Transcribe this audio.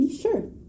Sure